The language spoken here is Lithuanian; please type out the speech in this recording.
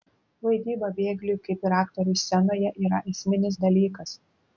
vaidyba bėgliui kaip ir aktoriui scenoje yra esminis dalykas